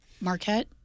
marquette